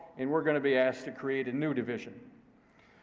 and we're going to be asked to create a new division.